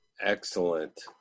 Excellent